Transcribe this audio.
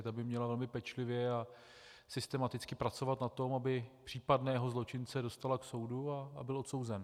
Ta by měla velmi pečlivě a systematicky pracovat na tom, aby případného zločince dostala k soudu a byl odsouzen.